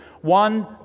One